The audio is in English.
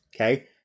okay